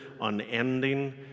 unending